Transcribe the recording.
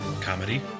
comedy